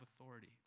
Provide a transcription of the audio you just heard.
authority